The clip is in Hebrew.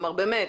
באמת.